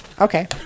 okay